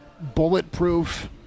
bulletproof